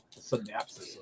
synapses